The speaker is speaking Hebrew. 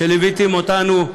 שליוויתם אותנו.